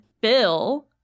Bill